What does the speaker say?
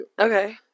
Okay